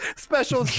special